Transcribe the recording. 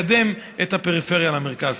לקדם את הפריפריה למרכז.